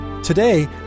Today